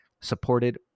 supported